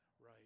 right